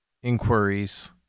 Inquiries